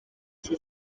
iki